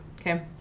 Okay